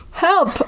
Help